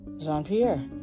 Jean-Pierre